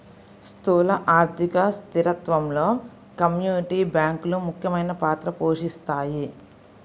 స్థూల ఆర్థిక స్థిరత్వంలో కమ్యూనిటీ బ్యాంకులు ముఖ్యమైన పాత్ర పోషిస్తాయి